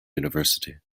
university